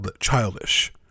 Childish